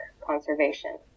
conservation